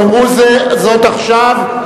יאמרו זאת עכשיו.